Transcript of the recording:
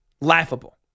laughable